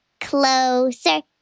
closer